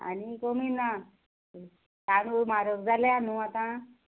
आनी कमी ना तांदूळ म्हारग जाल्या न्हू आतां